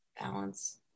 balance